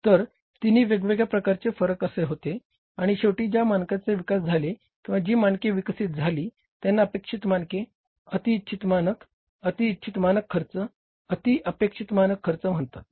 तर तिन्ही वेगवेगळे फरक असे होते आणि शेवटी ज्या मानकांचे विकास झाले किंवा जी मानके विकसित झाली त्यांना अपेक्षित मानके अती इच्छित मानक अती इच्छित मानक खर्च अती अपेक्षित मानक खर्च म्हणतात